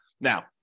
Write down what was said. now